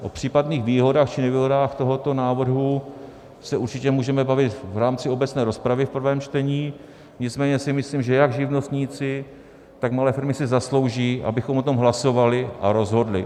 O případných výhodách či nevýhodách tohoto návrhu se určitě můžeme bavit v rámci obecné rozpravy v prvém čtení, nicméně si myslím, že jak živnostníci, tak malé firmy si zaslouží, abychom o tom hlasovali a rozhodli.